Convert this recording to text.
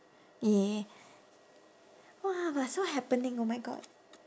ya !wah! but so happening oh my god